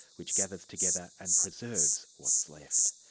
which gathers together and preserves what is left.